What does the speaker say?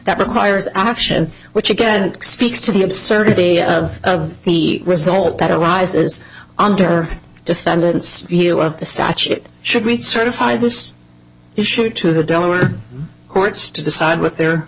that requires action which again speaks to the absurdity of the result that arises under defendants the statute should be certified was issued to the delaware courts to decide what their